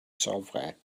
software